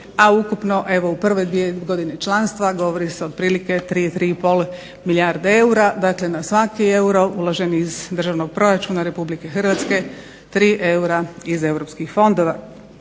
a ukupno u prvoj godini članstva govori se otprilike 3, 3,5 milijarde eura, dakle na svaki euro uložen iz državnog proračuna RH 3 eura iz europskih fondova,